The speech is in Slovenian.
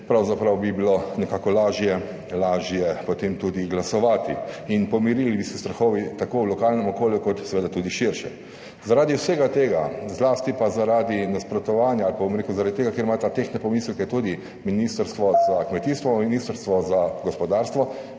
pravzaprav bi bilo nekako lažje potem tudi glasovati. Pomirili bi se tudi strahovi tako v lokalnem okolju kot seveda tudi širše. Zaradi vsega tega, zlasti pa zaradi nasprotovanja ali pa, bom rekel, zaradi tega, ker imata tehtne pomisleke tudi Ministrstvo za kmetijstvo, Ministrstvo za gospodarstvo